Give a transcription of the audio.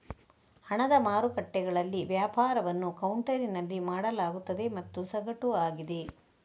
ಹಣದ ಮಾರುಕಟ್ಟೆಗಳಲ್ಲಿ ವ್ಯಾಪಾರವನ್ನು ಕೌಂಟರಿನಲ್ಲಿ ಮಾಡಲಾಗುತ್ತದೆ ಮತ್ತು ಸಗಟು ಆಗಿದೆ